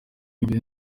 imbere